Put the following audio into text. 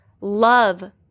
Love